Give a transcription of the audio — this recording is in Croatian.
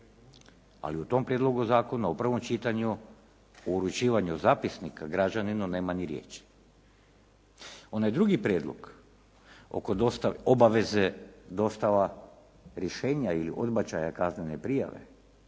ali u tom prijedlogu zakona u prvom čitanju o uručivanju zapisnika građaninu nema ni riječi. Onaj drugi prijedlog oko obaveze dostava rješenja ili odbačaja kaznene prijave